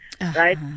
right